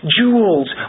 jewels